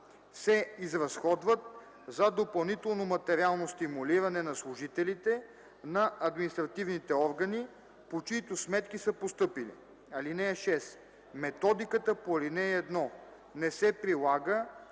се изразходват за допълнително материално стимулиране на служителите на административните органи, по чиито сметки са постъпили. (6) Методиката по ал. 1 не се прилага